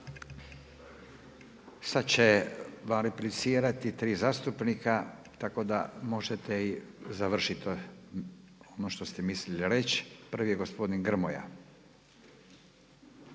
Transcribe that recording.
Sad će valiplicirati 3 zastupnika, tako da možete i završiti ono što ste mislili reći. Prvi je gospodin Grmoja.